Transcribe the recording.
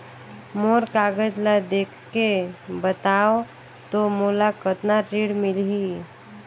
मोर कागज ला देखके बताव तो मोला कतना ऋण मिलही?